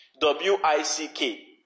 W-I-C-K